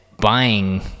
buying